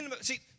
see